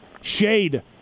shade